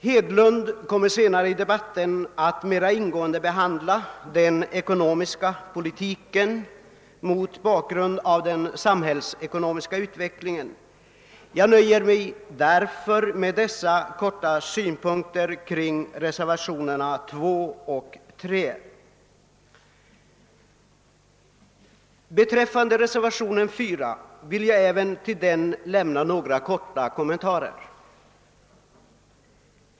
Herr Hedlund kommer senare i debaiten att mera ingående behandla den ekonomiska politiken mot bakgrund av den samhällsekonomiska utvecklingen. Jag nöjer mig därför med dessa få synpunkter kring reservationerna 2 och 3. Även beträffande reservationen 4 vill jag anföra några korta kommentarer.